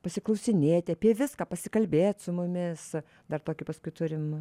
pasiklausinėti apie viską pasikalbėt su mumis dar tokį paskui turim